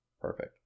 perfect